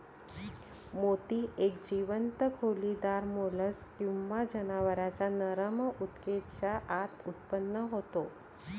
मोती एक जीवंत खोलीदार मोल्स्क किंवा जनावरांच्या नरम ऊतकेच्या आत उत्पन्न होतो